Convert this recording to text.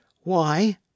Why